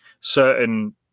Certain